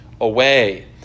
away